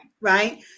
Right